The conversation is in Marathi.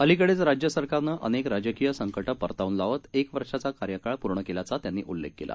अलिकडेच राज्य सरकारनं अनेक राजकीय संकटं परतावून लावत एक वर्षाचा कार्यकाळ पूर्ण केल्याचा त्यांनी उल्लेख केला